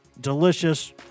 delicious